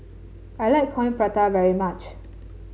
I like Coin Prata very much